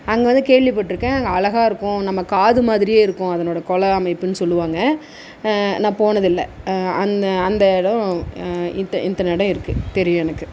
அங்கே வந்து கேள்விப்பட்டிருக்கேன் அங்கே அழகாயிருக்கும் நம் காது மாதிரியே இருக்கும் அதனோடய குள அமைப்புன்னு சொல்லுவாங்க நான் போனதில்லை அந்த அந்த இடம் இத்த இத்தனை இடம் இருக்குது தெரியும் எனக்கு